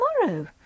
tomorrow